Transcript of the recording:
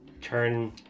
turn